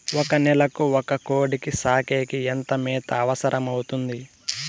ఒక నెలకు ఒక కోడిని సాకేకి ఎంత మేత అవసరమవుతుంది?